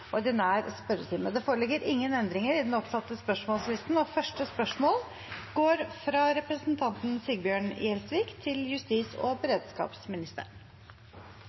Det foreligger ingen endringer i den oppsatte spørsmålslisten.